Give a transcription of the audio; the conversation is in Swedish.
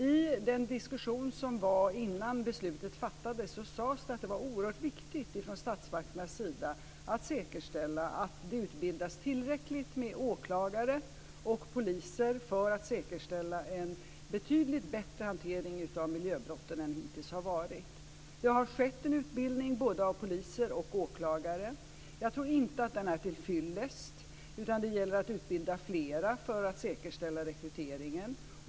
I den diskussion som var innan beslutet fattades sades det från statsmakternas sida att det var oerhört viktigt att säkerställa att det utbildas tillräckligt med åklagare och poliser för att säkerställa en betydligt bättre hantering av miljöbrotten än som hittills varit fallet. Det har skett en utbildning av både poliser och åklagare. Jag tror inte att den är tillfyllest, utan det gäller att utbilda fler för att säkerställa rekryteringen.